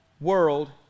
world